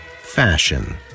fashion